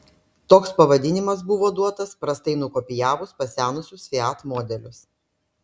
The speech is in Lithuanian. toks pavadinimas buvo duotas prastai nukopijavus pasenusius fiat modelius